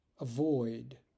Avoid